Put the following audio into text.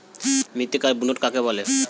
মৃত্তিকার বুনট কাকে বলে?